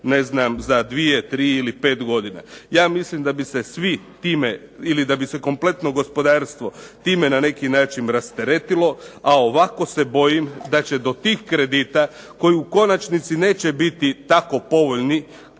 krediti za 2, 3 ili 5 godina? Ja mislim da bi se svi time, ili da bi se kompletno gospodarstvo time na neki način rasteretilo, a ovako se bojim da će do tih kredita koji u konačnici neće biti tako povoljni